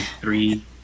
three